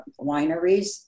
wineries